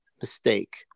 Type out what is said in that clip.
mistake